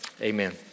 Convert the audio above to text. amen